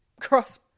cross